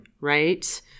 right